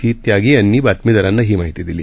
C Tyagi यांनी बातमीदारांना ही माहिती दिली